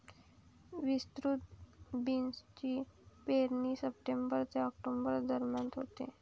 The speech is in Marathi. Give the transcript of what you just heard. विस्तृत बीन्सची पेरणी सप्टेंबर ते ऑक्टोबर दरम्यान होते